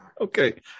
Okay